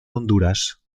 honduras